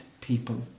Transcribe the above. people